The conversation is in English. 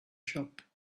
shop